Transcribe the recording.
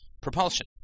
propulsion